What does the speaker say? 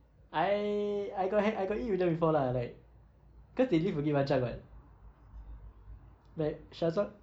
I I got han~ I got eat with the before lah like cause they live at bukit panjang [what] like syazwa~